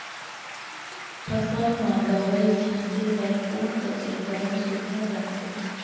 फसल म दव ई छीचे बर कोन कस उपकरण सुघ्घर रथे?